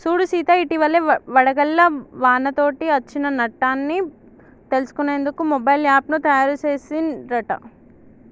సూడు సీత ఇటివలే వడగళ్ల వానతోటి అచ్చిన నట్టన్ని తెలుసుకునేందుకు మొబైల్ యాప్ను తాయారు సెసిన్ రట